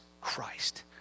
Christ